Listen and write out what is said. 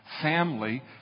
family